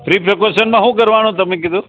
pre પ્રિકોશનમાં શું કરવાનું તમે કીધું